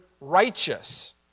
righteous